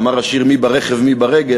אמר השיר: "מי ברכב, מי ברגל".